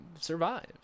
survives